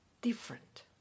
different